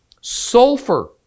sulfur